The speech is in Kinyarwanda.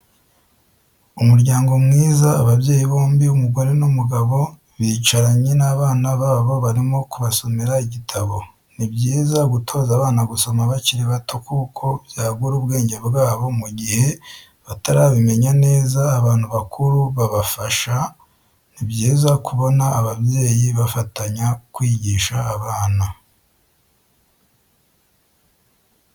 Umuryango mwiza ababyeyi bombi umugore n'umugabo bicaranye n'abana babo barimo kubasomera igitabo, ni byiza gutoza abana gusoma bakiri bato kuko byagura ubwenge bwabo mu gihe batarabimenya neza abantu bakuru babafasha, ni byiza kubona ababyeyi bafatanya kwigisha abana.